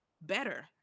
better